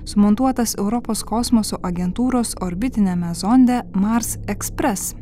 sumontuotas europos kosmoso agentūros orbitiniame zonde mars ekspres